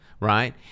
right